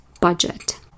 budget